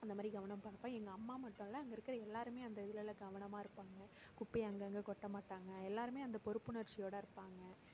அந்தமாதிரி கவனமாக இருப்பாங்க எங்கள் அம்மா மட்டும் இல்லை அங்கே இருக்க எல்லோருமே அந்த ஏரியாவில் கவனமாக இருப்பாங்க குப்பையை அங்கங்கே கொட்ட மாட்டாங்க எல்லோருமே அந்த பொறுப்பு உணர்ச்சியோட இருப்பாங்க